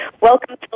Welcome